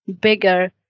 bigger